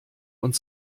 und